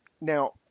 Now